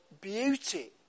beauty